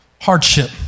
hardship